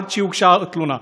עד שהוגשה תלונה.